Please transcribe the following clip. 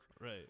Right